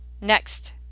next